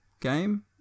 game